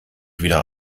wieder